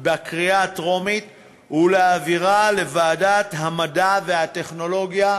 בקריאה הטרומית ולהעבירה לוועדת המדע והטכנולוגיה.